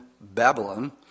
Babylon